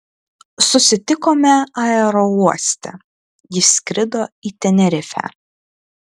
susitikome aerouoste ji skrido į tenerifę